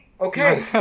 okay